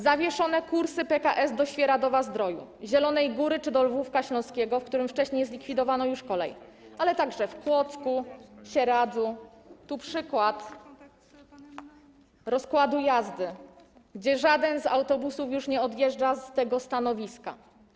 Zawieszono kursy PKS do Świeradowa-Zdroju, Zielonej Góry czy do Lwówka Śląskiego, w którym wcześniej zlikwidowano już kolej, ale także w Kłodzku, Sieradzu - tu przykład rozkładu jazdy, gdzie żaden z autobusów już nie odjeżdża z tego stanowiska.